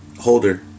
holder